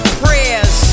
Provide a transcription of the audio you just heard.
prayers